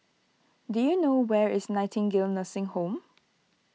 do you know where is Nightingale Nursing Home